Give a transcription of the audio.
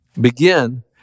begin